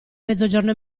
mezzogiorno